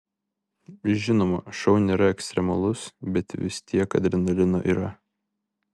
žinoma šou nėra ekstremalus bet vis tiek adrenalino yra